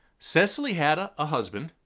cecily had a ah husband,